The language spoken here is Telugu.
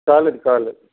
కాలేదు కాలేదు